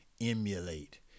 emulate